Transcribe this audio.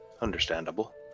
Understandable